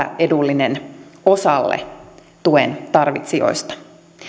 epäedullinen osalle tuen tarvitsijoista